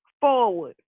forward